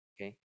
okay